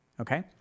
Okay